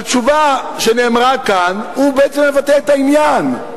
בתשובה שנאמרה כאן, זה בעצם מבטא את העניין.